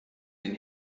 den